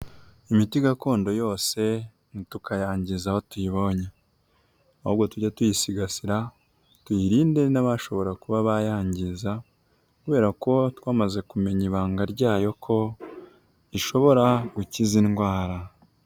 Imiti gakondo yose ntitukayangize aho tuyibonye, ahubwo tujye tuyisigasira tuyirinde n'abashobora kuba bayangiza kubera ko twamaze kumenya ibanga ryayo ko ishobora gukiza indwara.